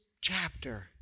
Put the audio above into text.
chapter